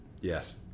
Yes